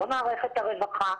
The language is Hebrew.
לא מערכת הרווחה,